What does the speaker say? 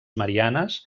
marianes